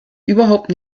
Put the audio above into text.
überhaupt